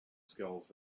skills